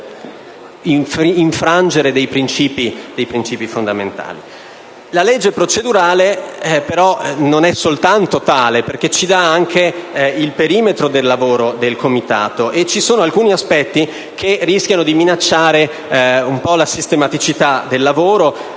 La legge procedurale, però, non è soltanto tale, perché ci dà anche il perimetro del lavoro del Comitato, e ci sono alcuni aspetti che rischiano di minacciare un po' la sistematicità del lavoro.